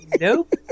Nope